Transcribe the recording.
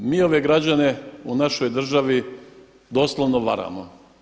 Mi ove građane u našoj državi doslovno varamo.